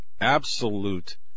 absolute